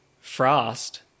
Frost